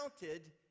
counted